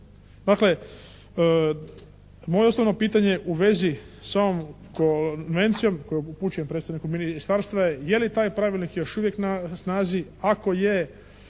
Dakle, moje jednostavno pitanje u vezi sa ovom konvencijom koju upućujem predstavniku ministarstva je, je li taj pravilnik još uvijek na snazi? Ako je